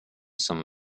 some